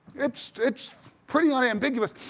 it's it's pretty unambiguous.